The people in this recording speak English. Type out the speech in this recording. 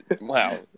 wow